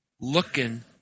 looking